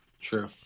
True